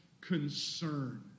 concern